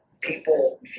people